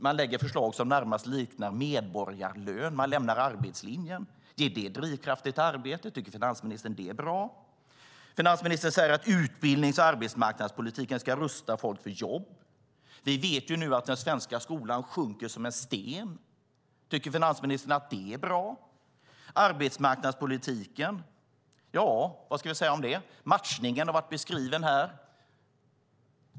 Man lägger fram förslag som närmast liknar medborgarlön. Man lämnar arbetslinjen. Ger de drivkrafter till arbete? Tycker finansministern att det är bra? Finansministern säger att utbildnings och arbetsmarknadspolitiken ska rusta folk för jobb. Vi vet att den svenska skolan sjunker som en sten. Tycker finansministern att det är bra? Vad ska man säga om arbetsmarknadspolitiken? Matchningen har beskrivits här.